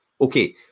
Okay